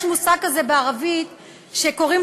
יש מושג כזה בערבית "תשמיס",